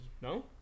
no